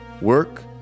work